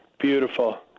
Beautiful